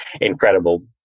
incredible